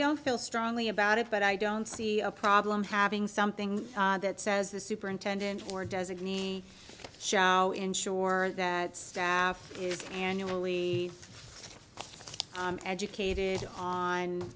don't feel strongly about it but i don't see a problem having something that says the superintendent or designee show ensure that staff is annually educated on